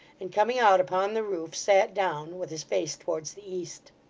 and coming out upon the roof sat down, with his face towards the east.